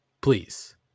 Please